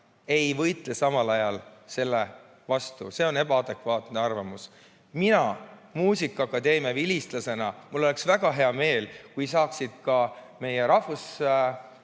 ei võitle samal ajal selle vastu. See on ebaadekvaatne arvamus. Minul muusikaakadeemia vilistlasena oleks väga hea meel, kui saaksid ka meie